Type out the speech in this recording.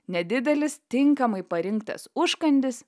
nedidelis tinkamai parinktas užkandis